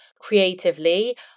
creatively